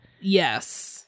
Yes